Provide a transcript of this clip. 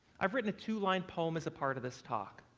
i've written a two-line poem as a part of this talk.